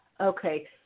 okay